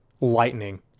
lightning